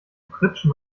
pritschen